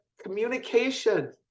communication